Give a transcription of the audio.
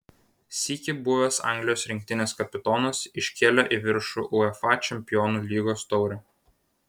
sykį buvęs anglijos rinktinės kapitonas iškėlė į viršų uefa čempionų lygos taurę